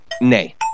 Nay